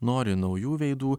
nori naujų veidų